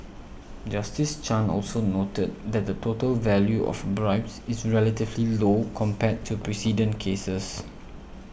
Justice Chan also noted that the total value of bribes is relatively low compared to precedent cases